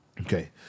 Okay